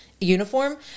Uniform